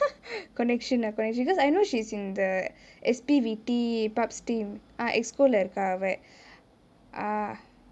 connection lah connection because I know she's in the S_P_V_T props team ah executive committee லே இருக்க அவ:le irukka ava err